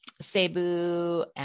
Cebu